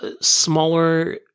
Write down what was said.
smaller